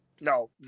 No